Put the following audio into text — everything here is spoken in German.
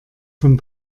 von